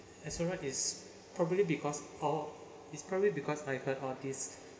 so right is probably because all is probably because I heard all this